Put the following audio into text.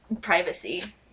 privacy